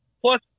Plus